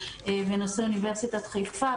ונשיא אוניברסיטת חיפה,